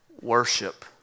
worship